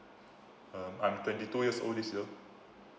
um I'm twenty two years old this year